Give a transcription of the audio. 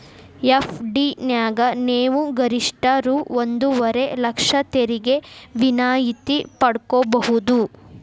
FD ನ್ಯಾಗ ನೇವು ಗರಿಷ್ಠ ರೂ ಒಂದುವರೆ ಲಕ್ಷ ತೆರಿಗೆ ವಿನಾಯಿತಿ ಪಡ್ಕೊಬಹುದು